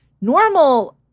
Normal